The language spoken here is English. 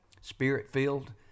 Spirit-filled